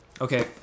Okay